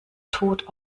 tot